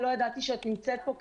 לא ידעתי שאת נמצאת פה קרן.